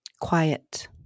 quiet